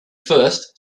first